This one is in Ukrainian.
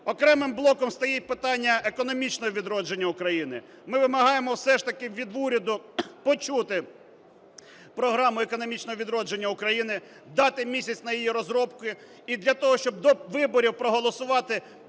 Окремим блоком стоїть питання економічного відродження України. Ми вимагаємо все ж таки від уряду почути програму економічного відродження України, дати місяць на її розробку. І для того, щоб до виборів проголосувати бачення